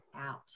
out